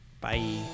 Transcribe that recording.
Bye